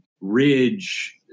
Ridge